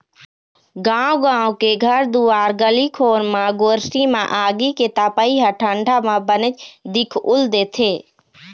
गाँव गाँव के घर दुवार गली खोर म गोरसी म आगी के तपई ह ठंडा म बनेच दिखउल देथे